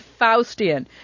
Faustian